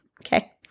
Okay